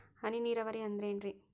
ಹನಿ ನೇರಾವರಿ ಅಂದ್ರೇನ್ರೇ?